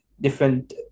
different